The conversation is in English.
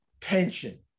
pension